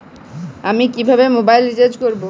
আমি কিভাবে mobile recharge করব?